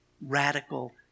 radical